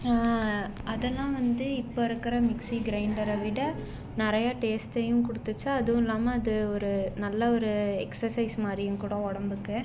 அதெல்லாம் வந்து இப்போ இருக்கிற மிக்சி கிரைண்டரை விட நிறையா டேஸ்ட்டையும் கொடுத்துச்சு அதுவும் இல்லாமல் அது ஒரு நல்ல ஒரு எக்ஸசைஸ் மாதிரியும் கூட உடம்புக்கு